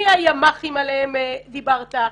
מהימ"חים עליהם דיברת,